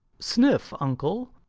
sniff, uncle.